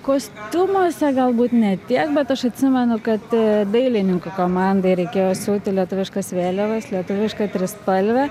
kostiumuose galbūt ne tiek bet aš atsimenu kad dailininkų komandai reikėjo siūti lietuviškas vėliavas lietuvišką trispalvę